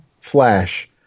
Flash